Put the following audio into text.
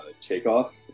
Takeoff